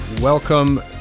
Welcome